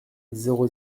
zéro